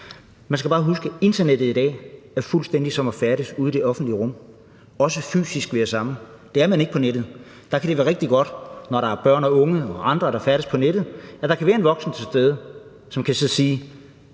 Man skal bare huske: Internettet i dag er fuldstændig som at færdes ude i det offentlige rum, hvor man er fysisk sammen. Det er man ikke på nettet. Det kan være rigtig godt, at der, når der er børn, unge og andre, der færdes på nettet, kan være en voksen til stede, som så kan sige: